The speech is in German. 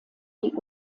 die